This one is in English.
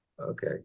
Okay